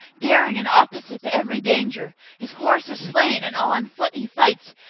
daring an opposite to every danger his horse is slain, and all on foot he fights,